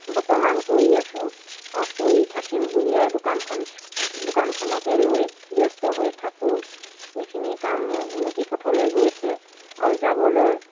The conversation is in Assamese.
বৰ্তমান কৰি আছোঁ আৰু কৰি থাকিম বুলি আৰু দোকানখন দোকানখনকে লৈ ব্যস্ত হৈ থাকোঁ এইখিনি কাম মোৰ উন্নতি পথলৈ গৈছে আৰু যাবলৈ